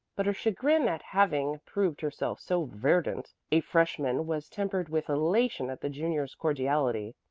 but her chagrin at having proved herself so verdant a freshman was tempered with elation at the junior's cordiality.